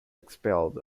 expelled